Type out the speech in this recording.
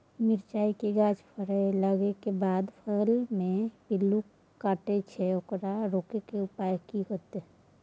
मिरचाय के गाछ फरय लागे के बाद फल में पिल्लू काटे छै ओकरा रोके के उपाय कि होय है?